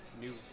new